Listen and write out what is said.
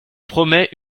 promets